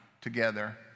together